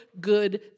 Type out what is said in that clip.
good